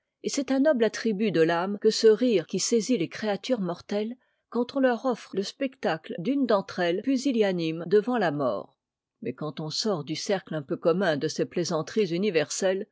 et c'est un noble attribut de l'âme que ce rire qui saisit les créatures mortelles quand on leur offre le spectacle d'une d'entre elles pusillanime devant la mort mais quand on sort du cercle un peu commun de ces plaisanteries universelles